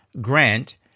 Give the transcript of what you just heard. Grant